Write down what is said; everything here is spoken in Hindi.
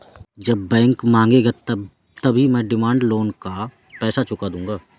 जब बैंक मांगेगा तभी मैं डिमांड लोन का पैसा चुका दूंगा